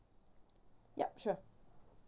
yup sure